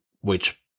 which-